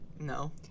No